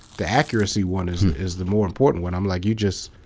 the accuracy one is is the more important one. i'm like, you just,